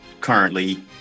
currently